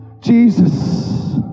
Jesus